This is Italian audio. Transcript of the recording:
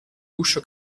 guscio